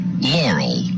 Laurel